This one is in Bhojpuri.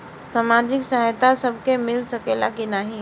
सामाजिक सहायता सबके मिल सकेला की नाहीं?